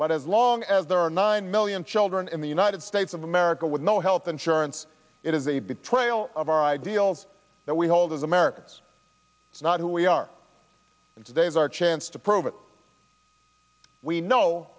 but as long as there are nine million children in the united states of america with no health insurance it is a betrayal of our ideals that we hold as americans not who we are in today's our chance to prove it we